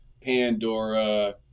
Pandora